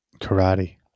Karate